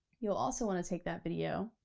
you'll also wanna take that video,